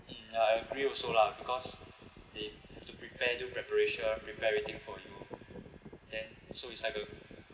ya I agree also lah because they have to prepare do preparation prepare everything for you then so it's like a